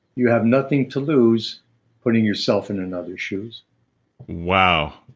you have nothing to lose putting yourself in another shoes wow.